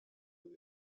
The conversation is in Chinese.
救援